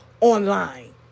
online